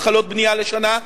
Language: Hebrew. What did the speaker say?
התחלות בנייה לשנה,